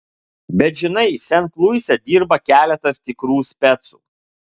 bet žinai sent luise dirba keletas tikrų specų